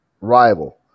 rival